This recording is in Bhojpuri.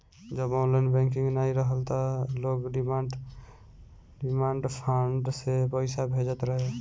जब ऑनलाइन बैंकिंग नाइ रहल तअ लोग डिमांड ड्राफ्ट से पईसा भेजत रहे